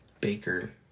Baker